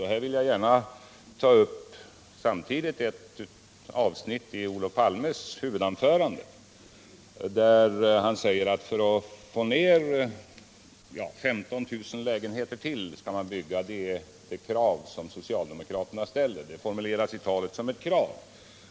Här vill jag samtidigt gärna ta upp ett avsnitt i Olof Palmes huvudanförande. Han sade att ytterligare 15 000 lägenheter behöver byggas — det är det antal som socialdemokraterna anger — och det formulerades i talet som ett krav.